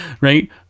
right